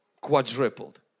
quadrupled